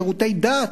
שירותי דת,